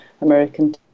American